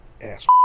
Ass